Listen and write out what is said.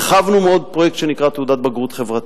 הרחבנו מאוד פרויקט שנקרא "תעודת בגרות חברתית".